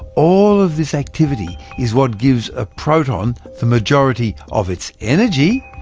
all of this activity is what gives a proton the majority of its energy.